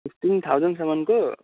fifteen थाउजनसम्मको